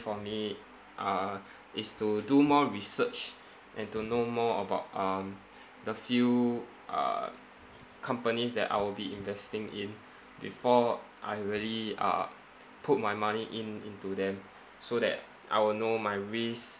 for me uh is to do more research and to know more about um the few uh companies that I will be investing in before I really uh put my money in into them so that I will know my risk